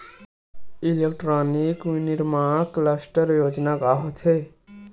Electronic विनीर्माण cluster योजना का होथे?